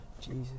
Jesus